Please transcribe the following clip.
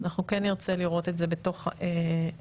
אנחנו כן נרצה לראות את זה בתוך הדו"חות.